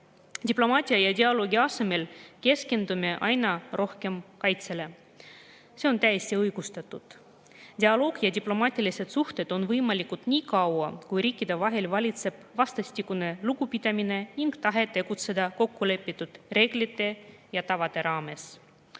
Diplomaatia ja dialoogi asemel keskendume aina rohkem kaitsele. See on täiesti õigustatud. Dialoog ja diplomaatilised suhted on võimalikud nii kaua, kui riikide vahel valitseb vastastikune lugupidamine ning tahe tegutseda kokkulepitud reeglite ja tavade raames.